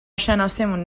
شناسیمون